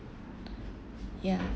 ya